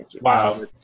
Wow